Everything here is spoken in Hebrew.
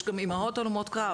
יש גם אימהות הלומות קרב.